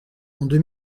deux